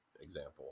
example